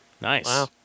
Nice